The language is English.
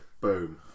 boom